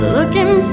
Looking